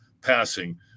passing